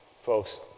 Folks